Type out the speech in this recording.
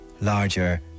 larger